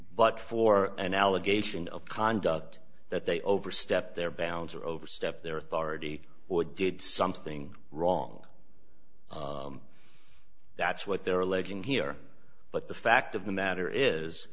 but for an allegation of conduct that they overstepped their bounds or overstepped their authority or did something wrong that's what they're alleging here but the fact of the matter is